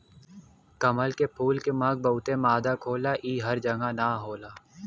कमल के फूल के महक बहुते मादक होला इ हर जगह ना होला